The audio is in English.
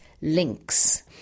links